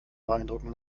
beeindrucken